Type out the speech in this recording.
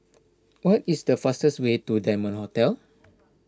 what is the fastest way to Diamond Hotel